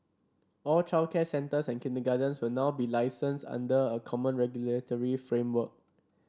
all childcare centres and kindergartens will now be licensed under a common regulatory framework